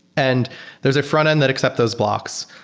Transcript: and there's a frontend that accept those blocks.